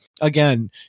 again